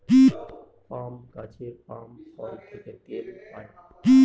পাম গাছের পাম ফল থেকে তেল পাই